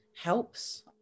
helps